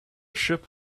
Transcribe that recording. ship